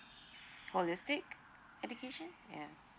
holistic education ya